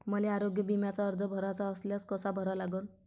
मले आरोग्य बिम्याचा अर्ज भराचा असल्यास कसा भरा लागन?